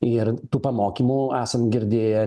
ir tų pamokymų esam girdėję